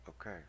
Okay